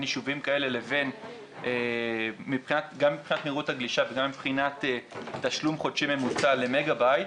יישובים כאלה גם מבחינת מהירות הגלישה וגם מבחינת תשלום חודשי למגה בייט